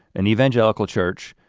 an evangelical church,